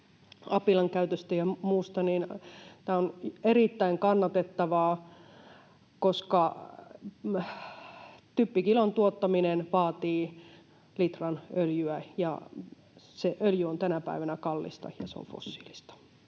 apilankäytöstä ja muusta, on erittäin kannatettavaa, koska typpikilon tuottaminen vaatii litran öljyä, ja se öljy on tänä päivänä kallista ja se on fossiilista.